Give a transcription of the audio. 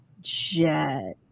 jet